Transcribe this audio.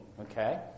okay